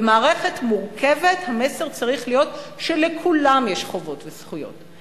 במערכת מורכבת המסר צריך להיות שלכולם יש חובות וזכויות.